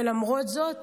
ולמרות זאת